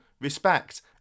respect